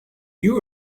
you